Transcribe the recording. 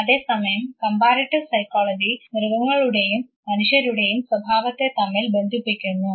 അതേസമയം comparative psychology മൃഗങ്ങളുടെയും മനുഷ്യരുടേയും സ്വഭാവത്തെ തമ്മിൽ ബന്ധിപ്പിക്കുന്നു